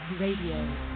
Radio